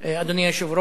אדוני היושב-ראש,